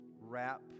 wrap